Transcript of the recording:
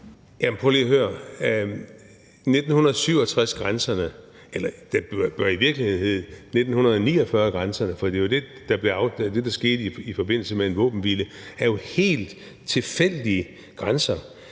prøv lige at høre: 1967-grænserne – eller det burde i virkeligheden hedde 1949-grænserne, for det var jo det, der skete i forbindelse med en våbenhvile – er jo helt tilfældige grænser,